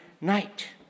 night